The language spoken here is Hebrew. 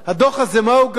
הדוח הזה, מה הוא גרם?